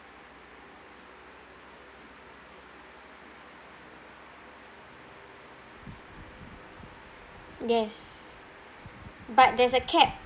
yes but there's a cap